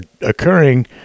occurring